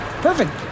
Perfect